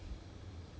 收到 email ah